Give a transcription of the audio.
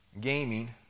gaming